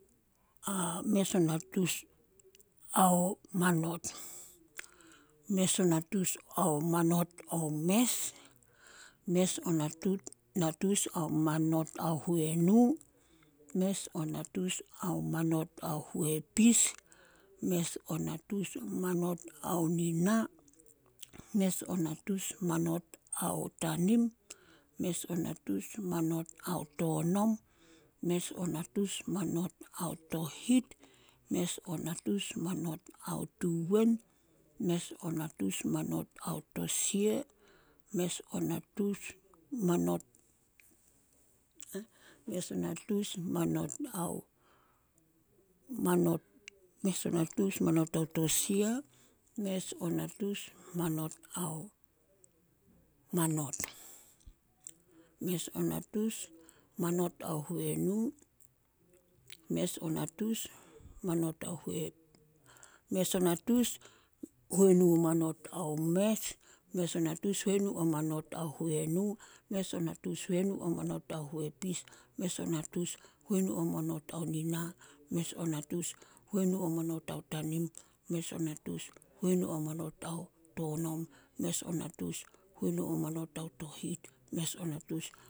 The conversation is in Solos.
Mes o natus ao manot, mes o natus ao manot ao mes, mes o natus ao manot ao huenu, mes o natus ao manot ao huepis, mes o natus manot ao nina, mes o natus manot ao tanim, mes o natus manot ao tonom, mes o natus manot ao tohit, mes o natus manot ao tuwen, mes o natus manot ao tosia, mes o natus manot mes o natus manot ao tosia, mes o natus manot ao manot, mes o natus manot ao huenu, mes o natus huenu manot ao mes, mes o natus huenu manot ao huenu, mes o natus huenu manot ao huepis, mes o natus huenu manot ao nina, mes o natus huenu manot ao tanim, mes o natus huenu manot ao tonom, mes o natus huenu manot ao tohit, mes o natus.